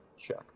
check